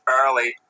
early